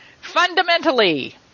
Fundamentally